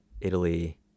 Italy